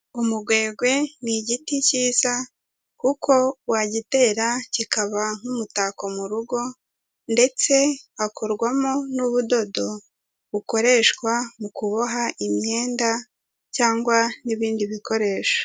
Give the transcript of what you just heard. Umugwegwe ni igiti cyiza kuko wagitera kikaba nk'umutako mu rugo ndetse hakorwamo n'ubudodo bukoreshwa mu kuboha imyenda cyangwa n'ibindi bikoresho.